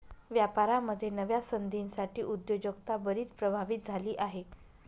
व्यापारामध्ये नव्या संधींसाठी उद्योजकता बरीच प्रभावित झाली आहे